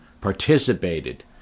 participated